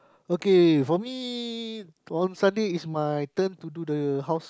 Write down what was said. okay for me on Sunday is my turn to do the house